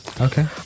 Okay